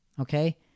Okay